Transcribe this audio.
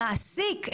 המעסיק,